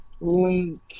Link